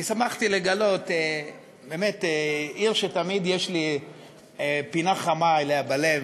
שמחתי לגלות עיר שתמיד יש לי פינה חמה אליה בלב,